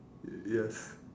yes